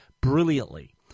brilliantly